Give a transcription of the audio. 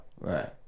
Right